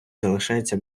залишається